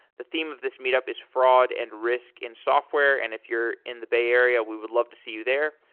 the theme of this meet up is fraud and risk in software, and if you're in the bay area, we would love to see you there.